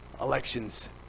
Elections